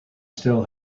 still